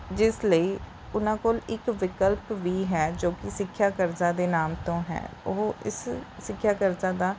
ਜਿਸ ਲਈ ਉਹਨਾਂ ਕੋਲ ਇੱਕ ਵਿਕਲਪ ਵੀ ਹੈ ਜੋ ਕਿ ਸਿੱਖਿਆ ਕਰਜ਼ਾ ਦੇ ਨਾਮ ਤੋਂ ਹੈ ਉਹ ਇਸ ਸਿੱਖਿਆ ਕਰਜ਼ਾ ਦਾ